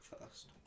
first